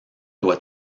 doit